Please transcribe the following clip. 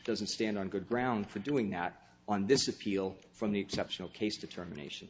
doesn't stand on good ground for doing that on this appeal from the exceptional case determination